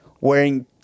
wearing